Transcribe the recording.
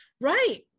right